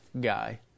guy